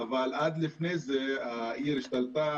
אבל עד לפני זה העיר השתלטה,